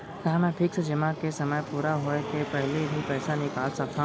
का मैं फिक्स जेमा के समय पूरा होय के पहिली भी पइसा निकाल सकथव?